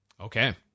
Okay